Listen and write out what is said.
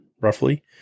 roughly